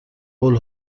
هول